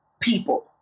people